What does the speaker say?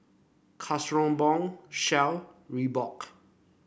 Kronenbourg Shell Reebok